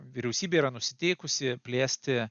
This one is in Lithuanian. vyriausybė yra nusiteikusi plėsti